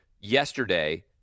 yesterday